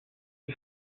les